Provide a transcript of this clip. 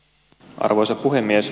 arvoisa puhemies